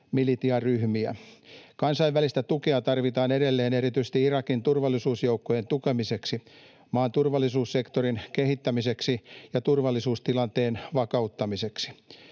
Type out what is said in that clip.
Kansainvälistä tukea tarvitaan edelleen erityisesti Irakin turvallisuusjoukkojen tukemiseksi, maan turvallisuussektorin kehittämiseksi ja turvallisuustilanteen vakauttamiseksi.